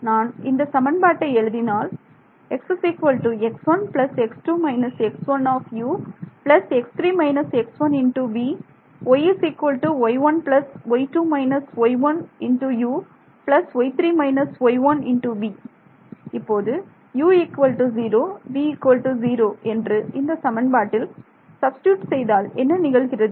நான் இந்த சமன்பாட்டை எழுதினால் x x1 x2 − x1u x3 − x1v y y1 y2 − y1u y3 − y1v இப்போது u0 v0 என்று இந்த சமன்பாட்டில் சப்ஸ்டிட்யூட் செய்தால் என்ன நிகழ்கிறது